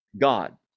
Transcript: god